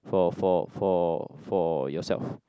for for for for yourself